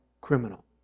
criminal